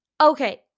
Okay